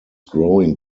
growing